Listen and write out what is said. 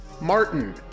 Martin